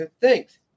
thanks